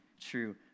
true